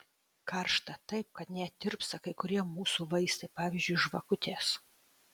karšta taip kad net tirpsta kai kurie mūsų vaistai pavyzdžiui žvakutės